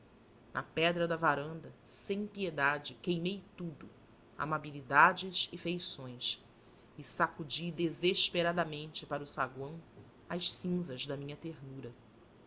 na pedra da varanda sem piedade queimei tudo amabilidades e feições e sacudi desesperadamente para o saguão as cinzas da minha ternura